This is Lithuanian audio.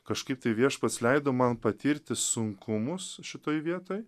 kažkaip tai viešpats leido man patirti sunkumus šitoj vietoj